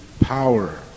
power